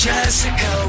Jessica